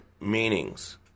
meanings